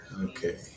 Okay